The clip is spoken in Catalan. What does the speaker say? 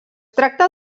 tracta